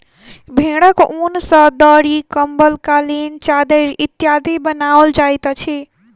भेंड़क ऊन सॅ दरी, कम्बल, कालीन, चद्दैर इत्यादि बनाओल जाइत अछि